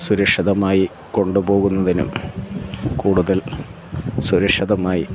സുരക്ഷിതമായി കൊണ്ട് പോകുന്നതിനും കൂടുതൽ സുരക്ഷിതമായി